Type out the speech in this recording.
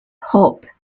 hop